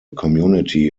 community